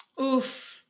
Oof